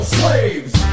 slaves